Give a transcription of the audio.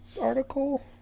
Article